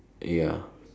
ya